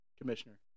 commissioner